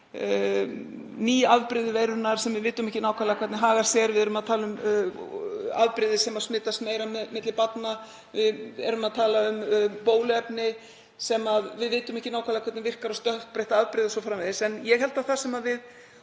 ný afbrigði veirunnar sem við vitum ekki nákvæmlega hvernig haga sér. Við erum að tala um afbrigði sem smitast meira milli barna. Við erum að tala um bóluefni sem við vitum ekki nákvæmlega hvernig virkar á stökkbreytta afbrigðið o.s.frv. En ég held að það sem við